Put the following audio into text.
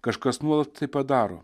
kažkas nuolat tai padaro